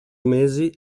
mesi